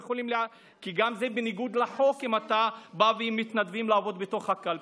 כי זה גם בניגוד לחוק אם מתנדבים לעבוד בתוך הקלפי.